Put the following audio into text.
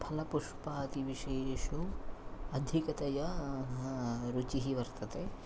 फलपुष्पादिविषयेषु अधिकतया रुचिः वर्तते